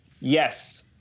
yes